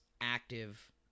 active